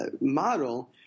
model